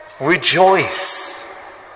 Rejoice